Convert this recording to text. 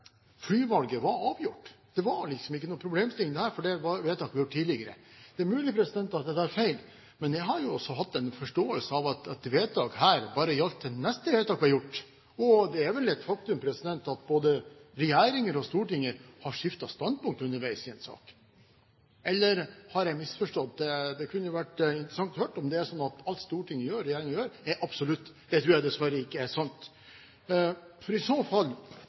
flyvalget var avgjort – det var liksom ikke noen problemstilling, for det vedtaket var gjort tidligere. Det er mulig at jeg tar feil, men jeg har også hatt en forståelse av at et vedtak her bare gjaldt til neste vedtak var gjort. Det er vel et faktum at både regjeringer og storting har skiftet standpunkt underveis i en sak. Eller har jeg misforstått? Det kunne være interessant å høre om det er slik at alt Stortinget og regjeringen gjør, er absolutt. Det tror jeg dessverre ikke er sant. For i så fall: